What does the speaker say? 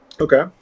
Okay